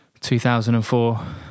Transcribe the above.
2004